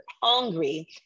hungry